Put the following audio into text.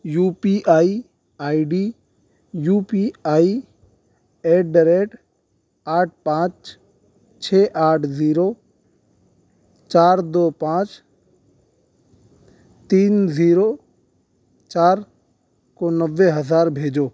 you P I I D U P I at the rate آٹھ پانچ چھ آٹھ زیرو چار دو پانچ تین زیرو چار کو نوے ہزار بھیجو